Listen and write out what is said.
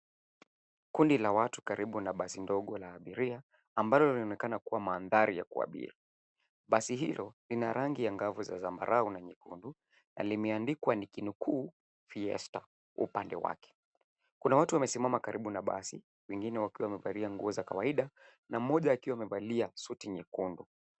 Kundi la watu karibu na basi ndogo la abiria ambalo linaonekana kuwa mandhari ya kuabiri. Basi hilo lina rangi angavu za zambarau na nyekundu na limeandikwa nikinukuu FIESTAL upande wake. Kuna watu wamesimama karibu na basi wengine wakiwa wamevalia nguo za kawaida na moja akiwa amevalia suti nyekundu.